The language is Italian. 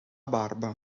barba